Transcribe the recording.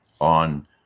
on